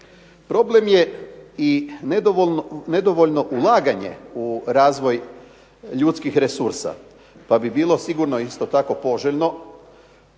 Problem je i nedovoljno ulaganje u razvoj ljudskih resursa pa bi bilo sigurno isto tako poželjno,